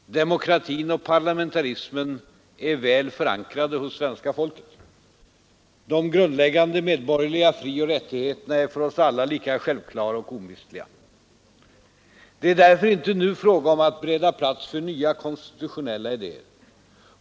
Demokratin och parlamentarismen är väl förankrade hos svenska folket. De grundläggande medborgerliga frioch rättigheterna är för oss alla lika självklara och omistliga. Det är därför inte nu fråga om att bereda plats för nya konstitutionella idéer.